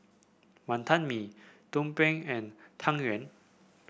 Wonton Mee tumpeng and Tang Yuen